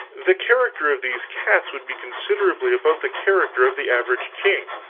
the character of these cats would be considerably above the character of the average king,